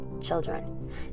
children